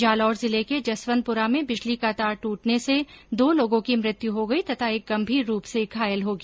जालोर जिले के जसवंतपुरा में बिजली का तार टूटने से दो लोगो की मृत्यु हो गई तथा एक गंभीर रूप से घायल हो गया